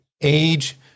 age